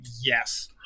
Yes